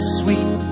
sweet